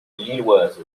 lilloise